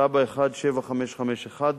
תב"ע 17551,